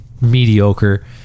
mediocre